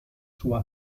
sua